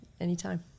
anytime